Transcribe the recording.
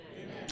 Amen